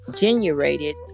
generated